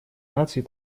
наций